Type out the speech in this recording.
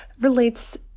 relates